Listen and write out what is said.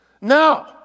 No